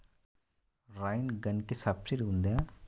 Rain గన్కి subsidy ఉందా?